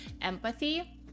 empathy